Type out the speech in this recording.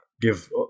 give